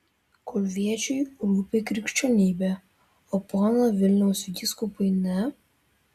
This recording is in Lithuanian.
kulviečiui rūpi krikščionybė o ponui vilniaus vyskupui ne